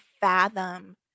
fathom